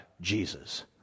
Jesus